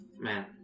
Man